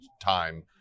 time